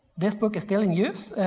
this book is still in use.